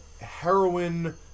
heroin